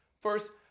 First